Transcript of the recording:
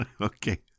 Okay